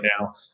now